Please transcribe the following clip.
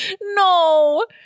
No